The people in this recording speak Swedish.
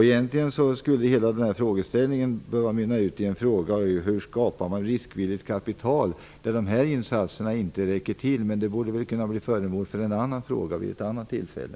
Egentligen skulle hela den här frågeställningen utmynna i en fråga, nämligen hur man skapar riskvilligt kapital när de här insatserna inte räcker till. Det kan kanske bli föremål för en annan fråga vid ett annat tillfälle.